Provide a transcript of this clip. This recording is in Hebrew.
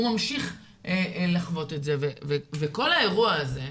הוא ממשיך לחוות את זה וכל האירוע הזה,